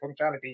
functionality